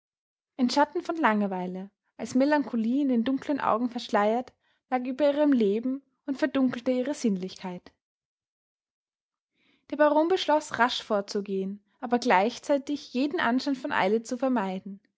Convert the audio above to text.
ein schatten von langeweile als melancholie in den dunklen augen verschleiert lag über ihrem leben und verdunkelte ihre sinnlichkeit der baron beschloß rasch vorzugehen aber gleichzeitig jeden anschein von eile zu vermeiden